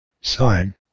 Sign